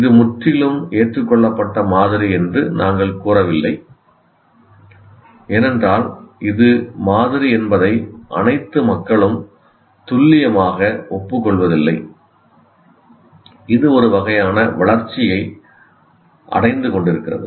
இது முற்றிலும் ஏற்றுக்கொள்ளப்பட்ட மாதிரி என்று நாங்கள் கூறவில்லை ஏனென்றால் இது மாதிரி என்பதை அனைத்து மக்களும் துல்லியமாக ஒப்புக்கொள்வதில்லை இது ஒரு வகையான வளர்ச்சியை அடைந்து கொண்டிருக்கிறது